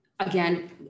again